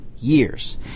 years